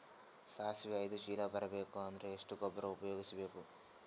ಸಾಸಿವಿ ಐದು ಚೀಲ ಬರುಬೇಕ ಅಂದ್ರ ಎಷ್ಟ ಗೊಬ್ಬರ ಉಪಯೋಗಿಸಿ ಬೇಕು?